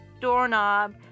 doorknob